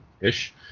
ish